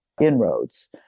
inroads